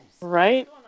Right